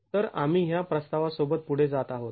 तर आम्ही ह्या प्रस्तावासोबत पुढे जात आहोत